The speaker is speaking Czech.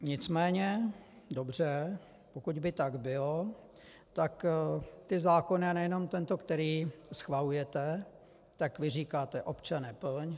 Nicméně dobře, pokud by tak bylo, tak ty zákony, a nejenom tento, který schvalujete, tak vy říkáte: Občane, plň!